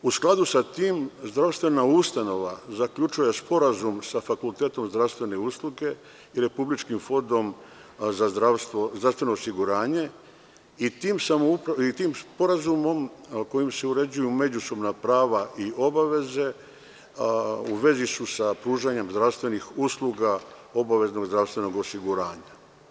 U skladu sa tim, zdravstvena ustanova zaključuje sporazum sa fakultetom zdravstvene usluge i Republičkim fondom za zdravstveno osiguranje i tim sporazumom kojim se uređuju međusobna prava i obaveze u vezi su sa tuženjem zdravstvenih usluga obaveznog zdravstvenog osiguranja.